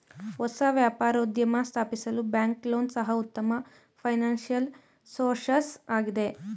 ಹೊಸ ವ್ಯಾಪಾರೋದ್ಯಮ ಸ್ಥಾಪಿಸಲು ಬ್ಯಾಂಕ್ ಲೋನ್ ಸಹ ಉತ್ತಮ ಫೈನಾನ್ಸಿಯಲ್ ಸೋರ್ಸಸ್ ಆಗಿದೆ